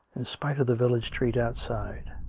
in spite of the village street outside.